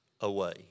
away